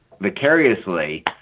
vicariously